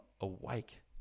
awake